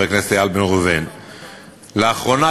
חבר הכנסת איל בן ראובן,